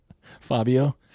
Fabio